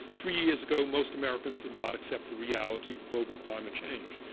three years ago most americans did not accept the reality of global climate change.